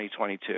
2022